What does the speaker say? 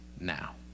now